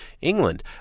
England